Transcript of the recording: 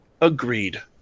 Agreed